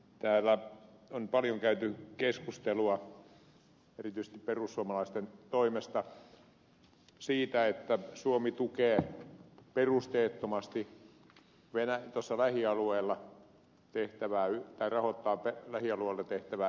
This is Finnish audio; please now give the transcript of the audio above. täällä on paljon käyty keskustelua erityisesti perussuomalaisten toimesta siitä että suomi perusteettomasti tukee tai rahoittaa lähialueella tehtävää yhteistyötä